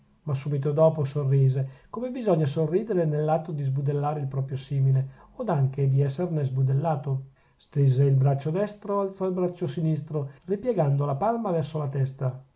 ma subito dopo sorrise come bisogna sorridere nell'atto di sbudellare il proprio simile od anche di esserne sbudellato stese il braccio destro alzò il braccio sinistro ripiegando la palma verso la testa